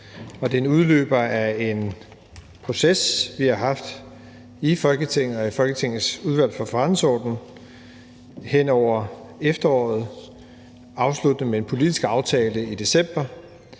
og den udløber af en proces, vi har haft i Folketinget og i Folketingets Udvalg for Forretningsordenen hen over efteråret, afsluttende med en politisk aftale i december,